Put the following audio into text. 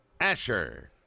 Asher